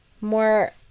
more